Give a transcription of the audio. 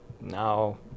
now